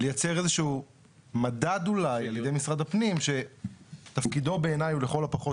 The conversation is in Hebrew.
ליצר איזשהו מדד אולי על ידי משרד הפנים שתפקידו בעיניי הוא לכל הפחות,